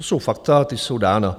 To jsou fakta, ta jsou dána.